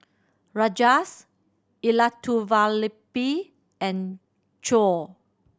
Rajesh Elattuvalapil and Choor